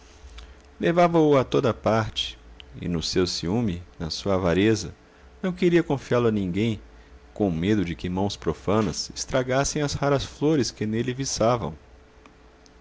levava-o a toda a parte e no seu ciúme na sua avareza não queria confiá lo a ninguém com medo de que mãos profanas estragassem as raras flores que nele viçavam